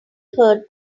heard